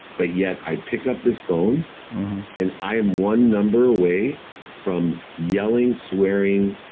but yet i pick up this phone and i'm one number away from yelling swearing,